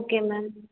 okay ma'am